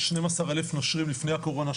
12,000 נושרים לפני הקורונה,